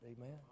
Amen